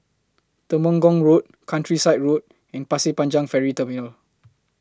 Temenggong Road Countryside Road and Pasir Panjang Ferry Terminal